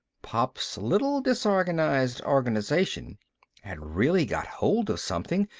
pop's little disorganized organization had really got hold of something,